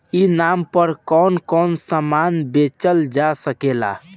ई नाम पर कौन कौन समान बेचल जा सकेला?